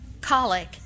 colic